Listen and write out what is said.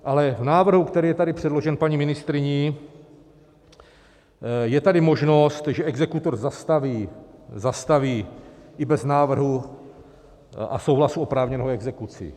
Ale v návrhu, který je tady předložen paní ministryni, je tady možnost, že exekutor zastaví i bez návrhu a souhlasu oprávněnou exekuci.